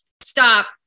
stop